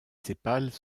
sépales